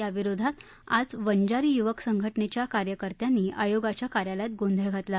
याविरोधात आज वंजारी युवक संघटनेच्या कार्यकर्त्यांनी आयोगाच्या कार्यालयात गोंधळ घातला